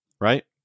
right